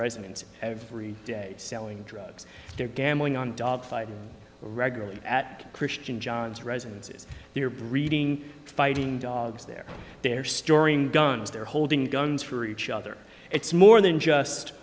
residence every day selling drugs they're gambling on dogfights regularly at christian john's residences they are breeding fighting dogs they're they're storing guns they're holding guns for each other it's more than just